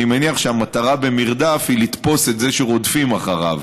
אני מניח שהמטרה במרדף היא לתפוס את זה שרודפים אחריו.